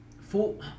full